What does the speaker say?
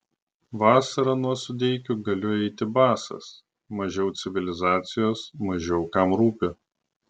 vasarą nuo sudeikių galiu eiti basas mažiau civilizacijos mažiau kam rūpi